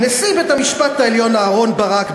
נשיא בית-המשפט העליון אהרן ברק,